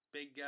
Big